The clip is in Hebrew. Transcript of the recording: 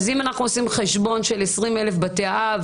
אם אנחנו עושים חשבון של 20,000 בתי אב,